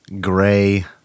gray